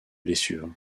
blessures